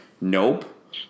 nope